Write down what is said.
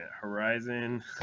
horizon